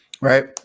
Right